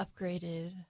upgraded